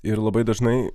ir labai dažnai